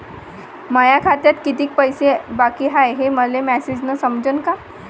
माया खात्यात कितीक पैसे बाकी हाय हे मले मॅसेजन समजनं का?